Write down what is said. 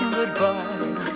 Goodbye